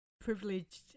privileged